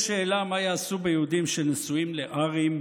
יש שאלה: מה יעשו ביהודים שנשואים לארים,